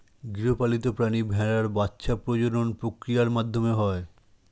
গৃহপালিত প্রাণী ভেড়ার বাচ্ছা প্রজনন প্রক্রিয়ার মাধ্যমে হয়